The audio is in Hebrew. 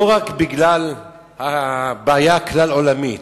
לא רק בגלל הבעיה הכלל-עולמית,